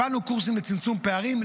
הפעלנו קורסים לצמצום פערים,